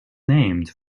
named